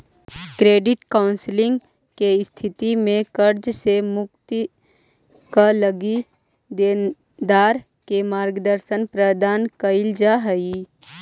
credit counselling के स्थिति में कर्ज से मुक्ति क लगी देनदार के मार्गदर्शन प्रदान कईल जा हई